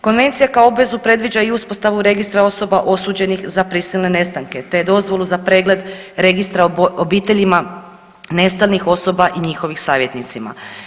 Konvencija kao obvezu predviđa i uspostavu registra osoba osuđenih za prisilne nestanke, te dozvolu za pregled Registra obiteljima nestalih osoba i njihovim savjetnicima.